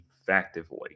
effectively